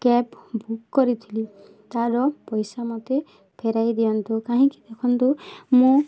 cab book କରିଥିଲି ତାର ପଇସା ମୋତେ ଫେରାଇ ଦିଅନ୍ତୁ କାହିଁକି ଦେଖନ୍ତୁ ମୁଁ